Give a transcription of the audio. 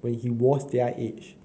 when he was their age